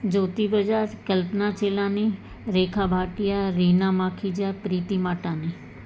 Jyoti Bajaj Kalpana Chelani Rekha Bhatia Reena Makhija Preeti Matani